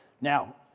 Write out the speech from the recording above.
now